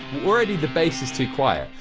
already the bass is too quiet.